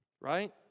right